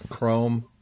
Chrome